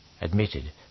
admitted